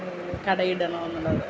കടയിടണമെന്നുള്ളത്